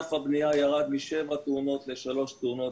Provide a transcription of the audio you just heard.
בענף הבנייה ירדו משבע תאונות לשלוש תאונות.